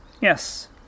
yes